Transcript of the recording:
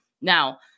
Now